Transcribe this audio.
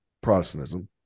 Protestantism